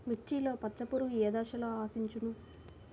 మిర్చిలో పచ్చ పురుగు ఏ దశలో ఆశించును?